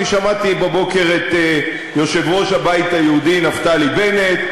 אני שמעתי בבוקר את יושב-ראש הבית היהודי נפתלי בנט,